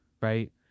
right